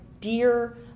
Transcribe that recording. dear